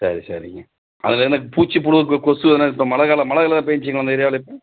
சரி சரிங்க அதில் எதுனா பூச்சி புழு கொ கொசு எதுனா இப்போ மழை காலம் மழை கிழை பேஞ்சுச்சுங்களா அந்த ஏரியாவில் இப்போ